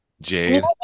James